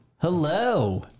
Hello